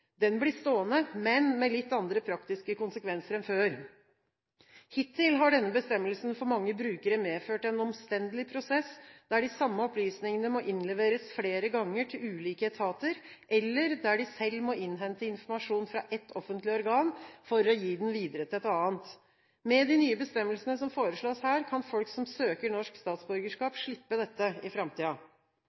Den blir stående, men med litt andre praktiske konsekvenser enn før. Hittil har denne bestemmelsen for mange brukere medført en omstendelig prosess, der de samme opplysningene må innleveres flere ganger til ulike etater, eller der de selv må innhente informasjon fra et offentlig organ for å gi den videre til et annet. Med de nye bestemmelsene som foreslås her, kan folk som søker norsk statsborgerskap, slippe dette i